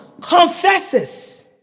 confesses